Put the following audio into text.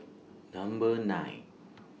Number nine